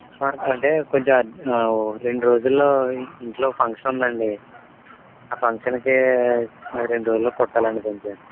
మాకు అంటే కొంచెం అర్జ్ రెండు రోజులలో ఇంట్లో ఫంక్షన్ ఉంది అండి ఆ ఫంక్షన్కి రెండు రోజులలో కుట్టాలి అండి కొంచెం